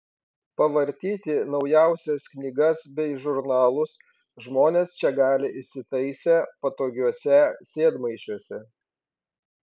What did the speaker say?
pavartyti naujausias knygas bei žurnalus žmonės čia gali įsitaisę patogiuose sėdmaišiuose